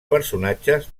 personatges